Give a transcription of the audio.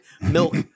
milk